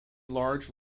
large